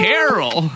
Carol